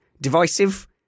divisive